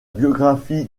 biographie